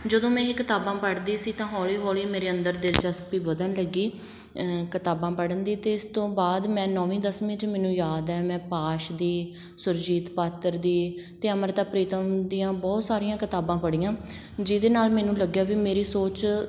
ਜਦੋਂ ਮੈਂ ਇਹ ਕਿਤਾਬਾਂ ਪੜ੍ਹਦੀ ਸੀ ਤਾਂ ਹੌਲੀ ਹੌਲੀ ਮੇਰੇ ਅੰਦਰ ਦਿਲਚਸਪੀ ਵਧਣ ਲੱਗੀ ਕਿਤਾਬਾਂ ਪੜ੍ਹਨ ਦੀ ਅਤੇ ਇਸ ਤੋਂ ਬਾਅਦ ਮੈਂ ਨੌਵੀਂ ਦਸਵੀਂ 'ਚ ਮੈਨੂੰ ਯਾਦ ਹੈ ਮੈਂ ਪਾਸ਼ ਦੀ ਸੁਰਜੀਤ ਪਾਤਰ ਦੀ ਅਤੇ ਅੰਮ੍ਰਿਤਾ ਪ੍ਰੀਤਮ ਦੀਆਂ ਬਹੁਤ ਸਾਰੀਆਂ ਕਿਤਾਬਾਂ ਪੜ੍ਹੀਆਂ ਜਿਹਦੇ ਨਾਲ ਮੈਨੂੰ ਲੱਗਿਆ ਵੀ ਮੇਰੀ ਸੋਚ